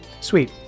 sweet